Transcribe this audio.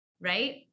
right